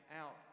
out